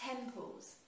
temples